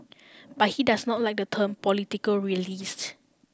but he does not like the term political realist